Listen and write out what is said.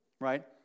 right